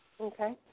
Okay